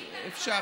אז אפשר.